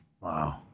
Wow